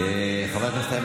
האם כל אלה שהזכרתי,